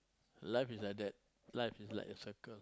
life is like that life is like a cycle